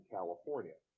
California